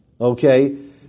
Okay